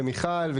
מיכל,